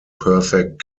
perfect